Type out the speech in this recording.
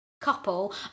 couple